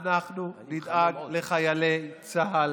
אנחנו נדאג לחיילי צה"ל,